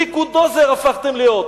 "ליכודוזר" הפכתם להיות.